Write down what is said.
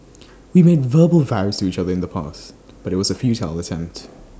we made verbal vows to each other in the past but IT was A futile attempt